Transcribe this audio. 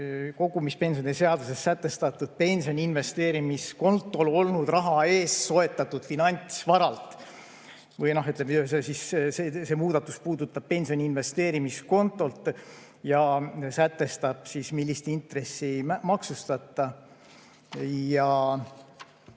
kogumispensioni seaduses sätestatud pensioni investeerimiskontol olnud raha eest soetatud finantsvaralt. Ütleme, et see muudatus puudutab pensioni investeerimiskontot ja sätestab, millist intressi ei maksustata. Ja